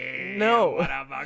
No